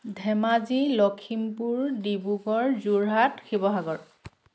Dhemaji Lakhimpur Dibrugarh Jorhat Sivasagar